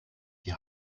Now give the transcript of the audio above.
die